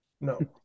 No